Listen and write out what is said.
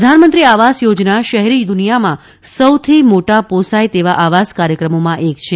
પ્રધાનમંત્રી આવાસ યોજના શહેરી દુનિયાના સૌથી મોટા પોષાય તેવા આવાસ કાર્યક્રમોમાં એક છે